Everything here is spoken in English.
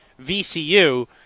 VCU